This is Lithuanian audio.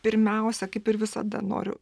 pirmiausia kaip ir visada noriu